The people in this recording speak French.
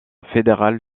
fédérale